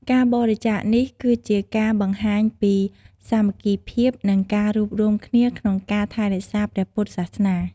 ការបរិច្ចាគនេះ គឺជាការបង្ហាញពីសាមគ្គីភាព និងការរួបរួមគ្នាក្នុងការថែរក្សាព្រះពុទ្ធសាសនា។